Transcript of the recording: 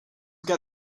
got